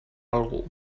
algú